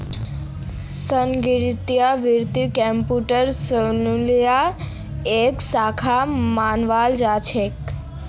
संगणकीय वित्त कम्प्यूटर साइंसेर एक शाखा मानाल जा छेक